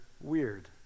weird